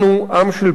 עם של פליטים,